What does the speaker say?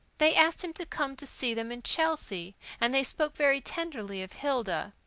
they asked him to come to see them in chelsea, and they spoke very tenderly of hilda.